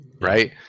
right